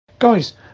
Guys